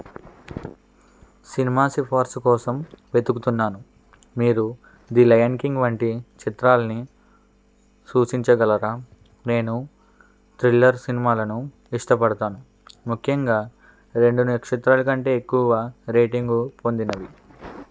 cinema సిఫార్సు కోసం వెతుకుతున్నాను మీరు ది లయన్ కింగ్ వంటి చిత్రాల్ని సూచించగలరా నేను థ్రిల్లర్ సినిమాలను ఇష్టపడతాను ముఖ్యంగా రెండు నక్షత్రాలు కంటే ఎక్కువ రేటింగు పొందినవి